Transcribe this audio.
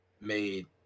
made